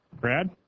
Brad